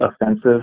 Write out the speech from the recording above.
offensive